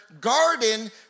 garden